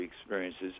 experiences